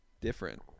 Different